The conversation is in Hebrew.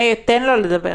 מאיר, תן לו לדבר.